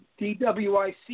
DWIC